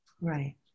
Right